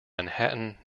manhattan